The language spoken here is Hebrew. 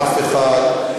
אנחנו לא מונעים מאף אחד.